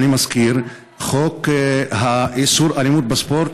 אני מזכיר, חוק איסור אלימות בספורט,